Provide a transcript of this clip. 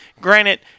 Granted